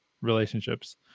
relationships